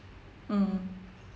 mm